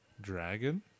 Dragon